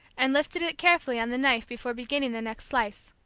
and lifted it carefully on the knife before beginning the next slice.